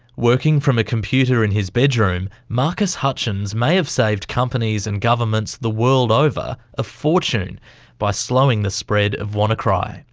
working from a computer in his bedroom, marcus hutchins may have saved companies and governments the world over a fortune by slowing the spread of wannacry.